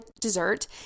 dessert